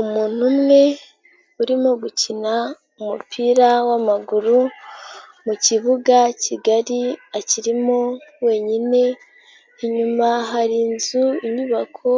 Umuntu umwe urimo gukina umupira w'amaguru mu kibuga kigari akirimo wenyine inyuma hari inzu inyubako,